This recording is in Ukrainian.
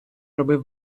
робив